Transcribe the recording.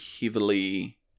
heavily